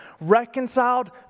Reconciled